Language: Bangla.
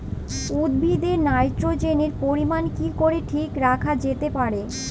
উদ্ভিদে নাইট্রোজেনের পরিমাণ কি করে ঠিক রাখা যেতে পারে?